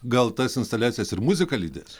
gal tas instaliacijas ir muzika lydės